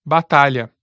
Batalha